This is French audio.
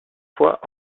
fois